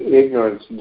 ignorance